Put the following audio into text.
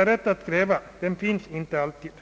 underlag existerar inte alltid.